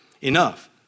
enough